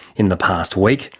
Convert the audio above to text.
in the past week,